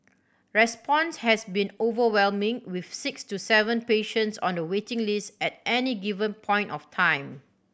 response has been overwhelming with six to seven patients on the waiting list at any given point of time